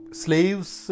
slaves